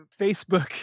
Facebook